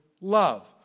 love